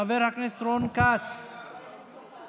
חבר הכנסת רון כץ, אני כאן.